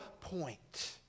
point